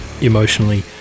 emotionally